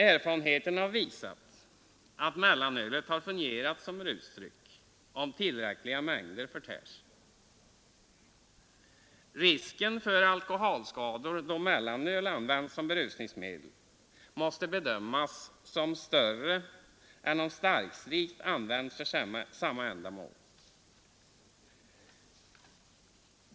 Erfarenheten har visat att mellanölet kan fungera som rusdryck om tillräckliga mängder förtärs. Risken för alkoholskador, då mellanöl används som berusningsmedel, måste bedömas som större än om starksprit används för samma ändamål.